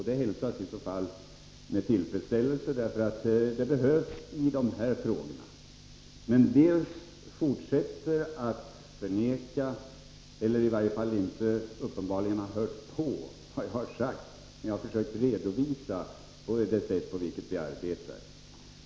Det hälsas i så fall med tillfredsställelse, för det behövs i dessa frågor. Men han har uppenbarligen inte hört på vad jag har sagt när jag har försökt redovisa det sätt på vilket vi arbetar.